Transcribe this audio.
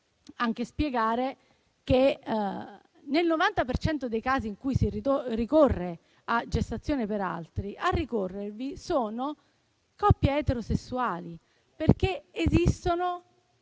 anche spiegare che, nel 90 per cento dei casi in cui si ricorre a gestazione per altri, a ricorrervi sono coppie eterosessuali. Questo perché esistono